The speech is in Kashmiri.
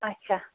اچھا